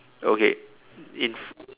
okay in